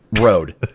road